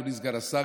אדוני סגן השר,